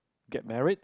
get married